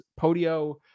Podio